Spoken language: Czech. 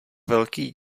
velký